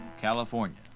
California